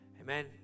amen